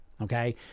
Okay